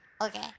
Okay